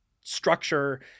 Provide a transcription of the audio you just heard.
structure